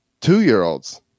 two-year-olds